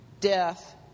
death